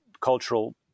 cultural